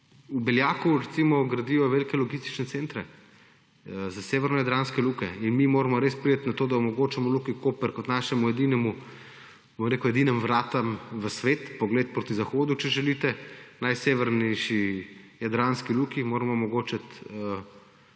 v Beljaku gradijo velike logistične centre za severnojadranske luke. In mi moramo res priti na to, da omogočimo Luki Koper kot našim edinim vratom v svet pogled proti zahodu, če želite. Najsevernejši jadranski luki moramo omogočiti